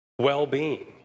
Well-being